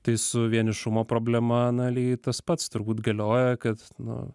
tai su vienišumo problema na lygiai tas pats turbūt galioja kad nu